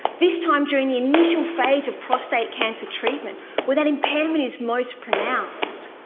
this time during the initial phase of prostate cancer treatment where that impairment is most pronounced.